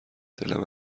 دلم